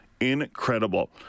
Incredible